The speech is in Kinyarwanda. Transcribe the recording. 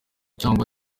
cyangwa